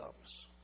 comes